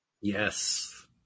yes